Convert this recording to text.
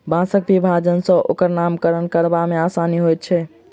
बाँसक विभाजन सॅ ओकर नामकरण करबा मे आसानी होइत छै